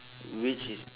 which is